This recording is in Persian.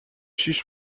شیش